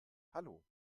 hallo